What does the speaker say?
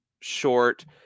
short